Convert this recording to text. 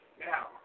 Now